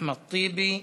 אחמד טיבי,